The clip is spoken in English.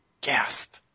Gasp